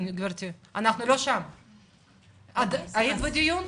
היית בדיון?